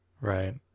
right